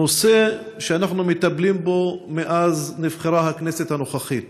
בנושא שאנחנו מטפלים בו מאז נבחרה הכנסת הנוכחית: